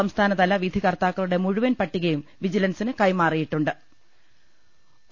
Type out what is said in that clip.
സംസ്ഥാനതല വിധി കർത്താക്കളുടെ മുഴു വൻ പട്ടികയും വിജിലൻസിന് കൈമാറിയ്ടിട്ടുണ്ട്ട്